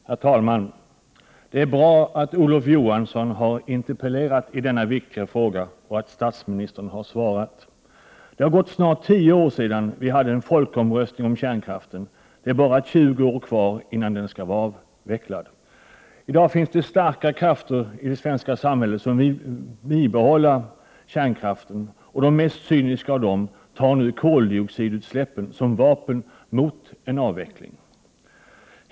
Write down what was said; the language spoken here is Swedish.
Herr talman! Det är bra att Olof Johansson har interpellerat i denna viktiga fråga och att statsministern har svarat. Det har gått snart tio år sedan vi hade en folkomröstning om kärnkraften. Det är bara 20 år kvar innan kärnkraften skall vara avvecklad. Det finns i dag starka krafter i det svenska samhället som vill bibehålla kärnkraften. De mest cyniska av dem tar koldioxidutsläppen som vapen mot en avveckling.